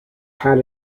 had